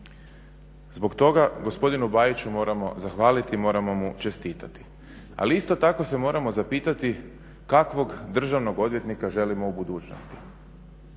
Zbog toga gospodinu Bajiću moramo zahvaliti i moramo mu čestitati. Ali isto tako se moramo zapitati kakvog državnog odvjetnika želimo u budućnosti?